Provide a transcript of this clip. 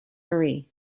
marie